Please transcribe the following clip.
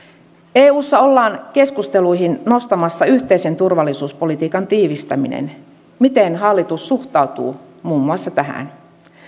eussa ollaan keskusteluihin nostamassa yhteisen turvallisuuspolitiikan tiivistäminen miten hallitus suhtautuu muun muassa tähän